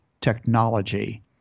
technology